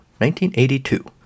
1982